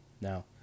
Now